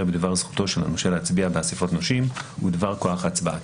בדבר זכותו של הנושה להצביע באסיפות נושים ובדבר כוח הצבעתו.